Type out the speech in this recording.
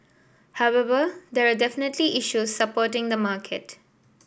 however there are definitely issues supporting the market